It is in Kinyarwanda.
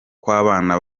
kw’abana